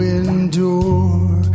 endure